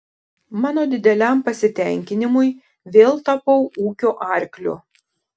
mano dideliam pasitenkinimui vėl tapau ūkio arkliu